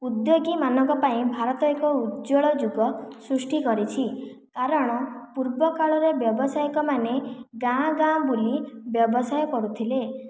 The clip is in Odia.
ଉଦ୍ୟୋଗୀ ମାନଙ୍କ ପାଇଁ ଭାରତ ଏକ ଉଜ୍ଜ୍ଵଳ ଯୁଗ ସୃଷ୍ଟି କରିଛି କାରଣ ପୂର୍ବ କାଳର ବ୍ୟବସାୟୀ ମାନେ ଗାଁ ଗାଁ ବୁଲି ବ୍ୟବସାୟ କରୁଥିଲେ